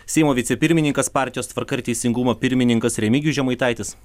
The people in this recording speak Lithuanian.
seimo vicepirmininkas partijos tvarka ir teisingumo pirmininkas remigijus žemaitaitis